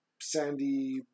sandy